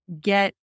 get